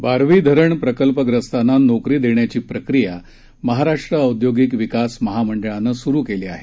बारवी धरण प्रकल्पग्रस्तांना नोकरी देण्याची प्रक्रिया महाराष्ट्र औद्योगिक विकास महामंडळानं सुरु केली आहे